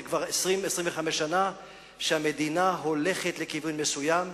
וכבר 20 25 שנה המדינה הולכת לכיוון מסוים.